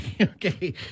okay